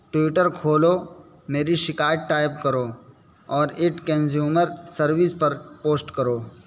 Twitter کھولو میری شکایت ٹائپ کرو اور ایٹ کنزیومر سروس پر پوسٹ کرو